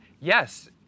yes